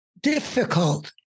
difficult